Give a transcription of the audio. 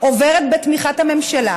עוברת בתמיכת הממשלה